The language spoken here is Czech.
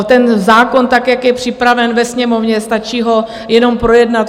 Ten zákon tak, jak je připraven ve Sněmovně, stačí ho jenom projednat.